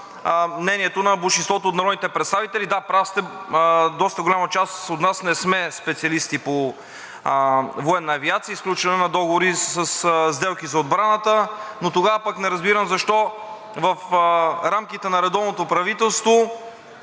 мнението на болшинството от народните представители. Да, прав сте, доста голяма част от нас не сме специалисти по военна авиация и сключване на договори със сделки за отбраната, но тогава пък не разбирам защо в рамките на редовното правителство,